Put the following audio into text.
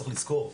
צריך לזכור,